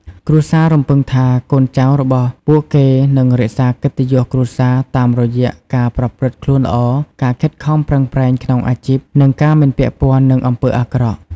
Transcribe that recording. គ្រួសាររំពឹងថា កូនចៅរបស់ពួកគេនឹងរក្សាកិត្តិយសគ្រួសារ តាមរយៈការប្រព្រឹត្តខ្លួនល្អ ការខិតខំប្រឹងប្រែងក្នុងអាជីព និងការមិនពាក់ព័ន្ធនឹងអំពើអាក្រក់។